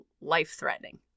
life-threatening